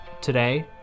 today